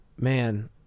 Man